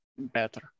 better